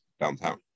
downtown